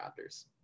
Raptors